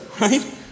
right